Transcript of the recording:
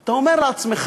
אתה אומר לעצמך,